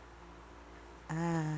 ah